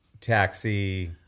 Taxi